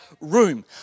room